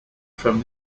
from